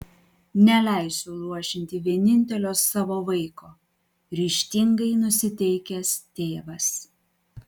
neleisiu luošinti vienintelio savo vaiko ryžtingai nusiteikęs tėvas